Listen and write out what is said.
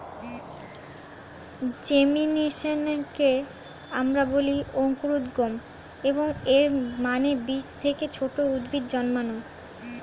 জেমিনেশনকে আমরা বলি অঙ্কুরোদ্গম, এবং এর মানে বীজ থেকে ছোট উদ্ভিদ জন্মানো